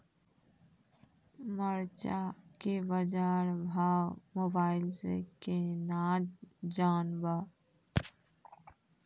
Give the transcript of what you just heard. मरचा के बाजार भाव मोबाइल से कैनाज जान ब?